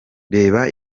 reba